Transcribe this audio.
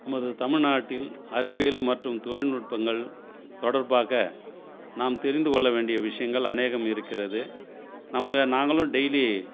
நமது தமிழ்நாட்டில் அறிவியல் மற்றும் தொழில்நுட்பங்கள் தொடர்பாக நாம் தெரிந்து கொள்ள வேண்டிய விஷயங்கள் அநேகம் இருக்கிறது நம்ம நாங்களும் டெய்லி